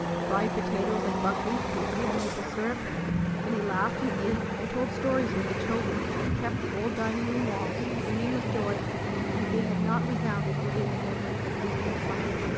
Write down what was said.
fried potatoes, and buckwheats with real maple-syrup and he laughed, and ate, and told stories with the children, and kept the old dining-room walls ringing with joy as they had not resounded within the memory of julia cloud.